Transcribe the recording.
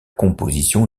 composition